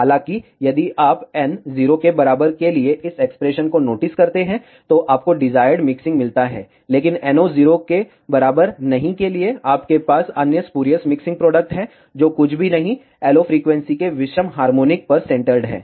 हालांकि यदि आप n 0 के बराबर के लिए इस एक्सप्रेशन को नोटिस करते हैं तो आपको डिजायर्ड मिक्सिंग मिलता है लेकिन n 0 के बराबर नहीं के लिए आपके पास अन्य स्पूरियस मिक्सिंग प्रोडक्ट हैं जो कुछ भी नहीं LO फ्रीक्वेंसी के विषम हार्मोनिक्स पर सेंटर्ड हैं